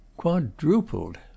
quadrupled